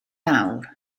lawr